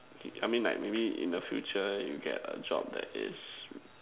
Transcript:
okay I mean like maybe in the future you get a job that is